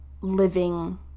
living